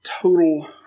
total